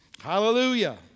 Hallelujah